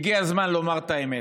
הגיע הזמן לומר את האמת.